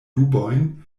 dubojn